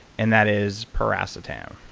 and that is piracetam.